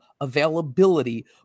availability